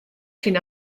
syn